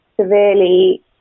severely